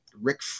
Rick